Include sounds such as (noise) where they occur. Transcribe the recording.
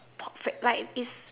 (noise) like is